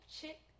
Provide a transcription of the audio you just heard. chick